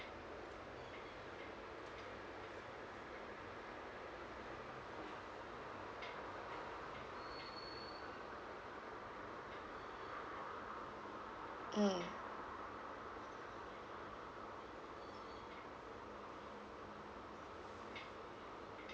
mm